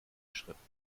schritten